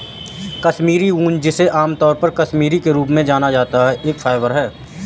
कश्मीरी ऊन, जिसे आमतौर पर कश्मीरी के रूप में जाना जाता है, एक फाइबर है